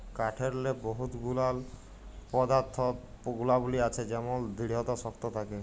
কাঠেরলে বহুত গুলান পদাথ্থ গুলাবলী আছে যেমল দিঢ়তা শক্ত থ্যাকে